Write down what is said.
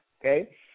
Okay